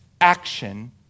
action